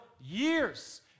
years